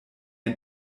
ein